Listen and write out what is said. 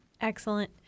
Excellent